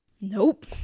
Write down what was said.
Nope